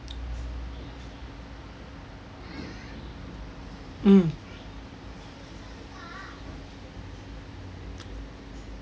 mm